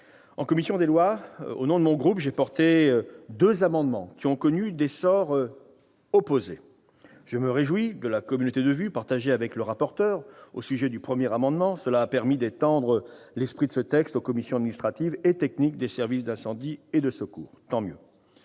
En commission des lois, j'ai défendu, au nom de mon groupe, deux amendements qui ont connu des sorts opposés. Je me réjouis de notre communauté de vues avec le rapporteur au sujet de ce premier amendement. Cela a permis d'étendre l'esprit de ce texte aux commissions administratives et techniques des services d'incendie et de secours. Le second